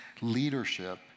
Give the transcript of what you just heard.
leadership